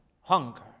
hunger